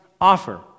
offer